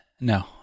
No